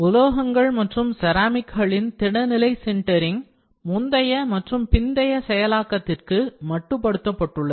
உலோகங்கள் மற்றும் செராமிக்களின் திட நிலை சின்டெரிங் முந்தைய மற்றும் பிந்தைய செயலாக்கத்திற்கு மட்டுப்படுத்தப்பட்டுள்ளது